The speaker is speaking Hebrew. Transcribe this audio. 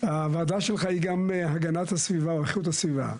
הוועדה שלך היא גם הגנת הסביבה ואיכות הסביבה.